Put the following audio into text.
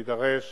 תידרש